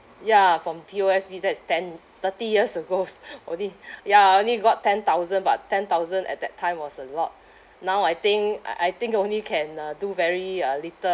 ya from P_O_S_B that's ten thirty years ago s~ only ya I only got ten thousand but ten thousand at that time was a lot now I think uh I think only can uh do very uh little